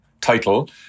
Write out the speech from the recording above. title